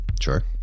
Sure